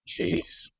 Jeez